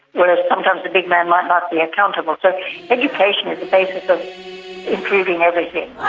whereas sometimes the big man might not be accountable. so education is the basis of improving everything.